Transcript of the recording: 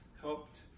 helped